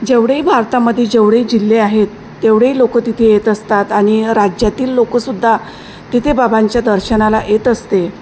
जेवढेही भारतामध्ये जेवढे जिल्हे आहेत तेवढेही लोकं तिथे येत असतात आणि राज्यातील लोकसुद्धा तिथे बाबांच्या दर्शनाला येत असते